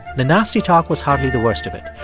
the nasty talk was hardly the worst of it.